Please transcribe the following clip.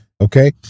Okay